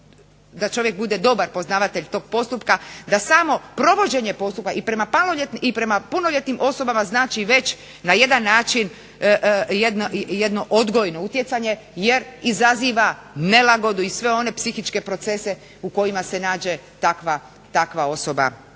da čovjek bude dobar poznavatelj tog postupka da samo provođenje postupka i prema punoljetnim osobama znači već na jedan način jedno odgojno utjecanje jer izaziva nelagodu i sve one psihičke procese u kojima se nađe takva osoba